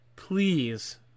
Please